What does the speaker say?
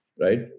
right